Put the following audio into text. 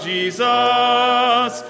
Jesus